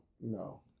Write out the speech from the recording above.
No